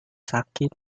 sakit